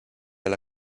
alla